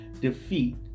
defeat